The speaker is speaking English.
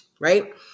right